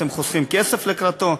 אתם חוסכים כסף לקראתו,